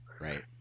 Right